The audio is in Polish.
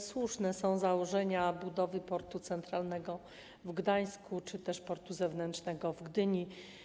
Słuszne są założenia budowy Portu Centralnego w Gdańsku czy też Portu Zewnętrznego w Gdyni.